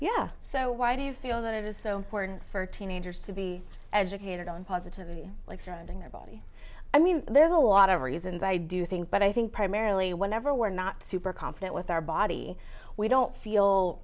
yeah so why do you feel that it is so important for teenagers to be educated on positive the like surrounding their body i mean there's a lot of reasons i do think but i think primarily whenever we're not super confident with our body we don't feel